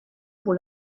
pour